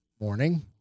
morning